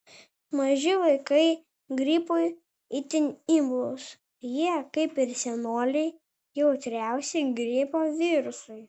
maži vaikai gripui itin imlūs jie kaip ir senoliai jautriausi gripo virusui